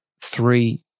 three